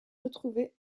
retrouvé